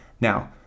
Now